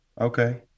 okay